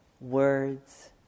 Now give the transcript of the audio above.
words